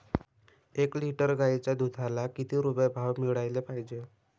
एक लिटर गाईच्या दुधाला किती रुपये भाव मिळायले पाहिजे?